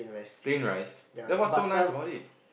plain rice then what's so nice about it